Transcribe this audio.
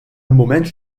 mument